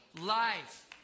life